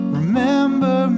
remember